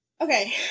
Okay